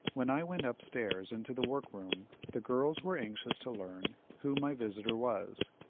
when i went up-stairs into the work-room, the girls were anxious to learn who my visitor was.